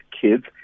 kids